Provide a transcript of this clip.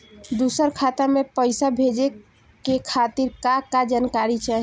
दूसर खाता में पईसा भेजे के खातिर का का जानकारी चाहि?